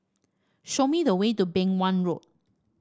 show me the way to Beng Wan Road